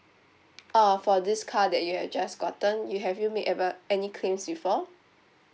uh for this car that you have just gotten you have you made ever any claims before